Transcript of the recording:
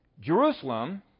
Jerusalem